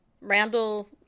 Randall